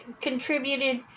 contributed